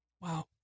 Wow